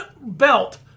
belt